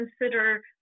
consider